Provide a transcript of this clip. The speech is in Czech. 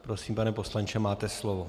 Prosím, pane poslanče, máte slovo.